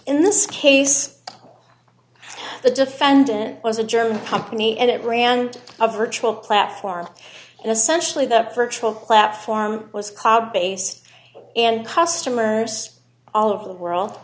in this case the defendant was a german company and it ran a virtual platform and essentially the virtual platform was cloud base and customers all over the world